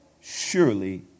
surely